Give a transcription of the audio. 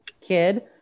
kid